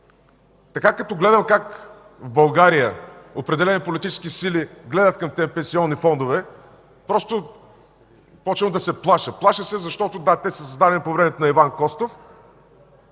Като наблюдавам как в България определени политически сили гледат към тези пенсионни фондове, просто започвам да се плаша. Плаша се, защото – да, те са създадени по времето на Иван Костов,